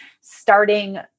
starting